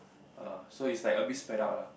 err so is like a bit spread out lah